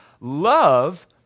Love